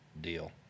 deal